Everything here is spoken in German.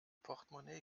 portmonee